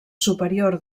superior